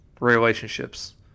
relationships